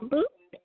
Boop